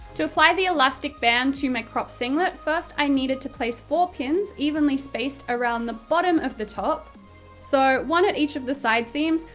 to apply the elastic band to my cropped singlet, first i needed to place four pins, evenly-spaced around the bottom of the top so one at each of the side seams,